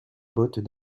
bottes